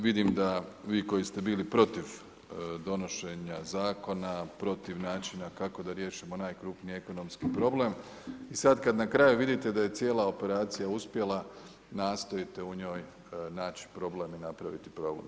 Vidim da vi koji ste bili protiv donošenja zakona, protiv načina kako da riješimo najkrupniji ekonomski problem i sad kad na kraju vidite da je cijela operacija uspjela, nastojite u njoj naći problem i napraviti problem.